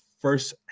first